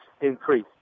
increase